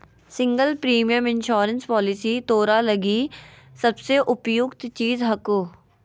single premium insurance policy तोरा लगी सबसे उपयुक्त चीज हको